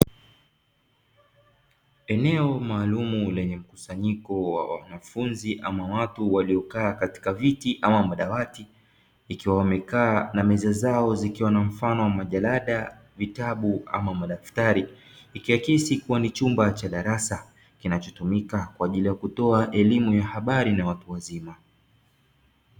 Eneo maalumu lenye mkusanyiko wa watu ama wanafunzi walio katika viti au madawati, wakiwa na meza zao zilizo na majarada au madaftari ikiakisi kuwa ni chumba cha darasa, kinachotumika kwa ajili ya kutoa elimu na habari kwa watu wazima.